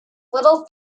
little